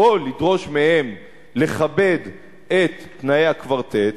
או לדרוש מהם לכבד את תנאי הקוורטט,